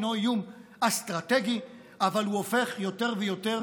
אינו איום אסטרטגי אבל הוא הופך יותר ויותר